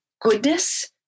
goodness